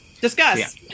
Discuss